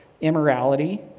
immorality